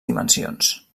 dimensions